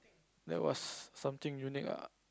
that was something unique lah